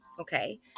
okay